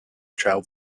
child